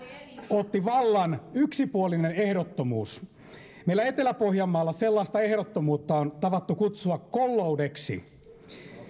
otti vallan yksipuolinen ehdottomuus meillä etelä pohjanmaalla sellaista ehdottomuutta on tavattu kutsua kolloudeksi